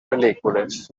pel·lícules